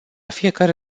fiecare